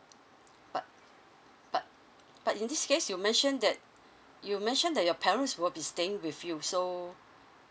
but but but in this case you mention that you mention that your parents will be staying with you so